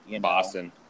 Boston